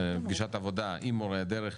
פגישת עבודה עם מורי הדרך,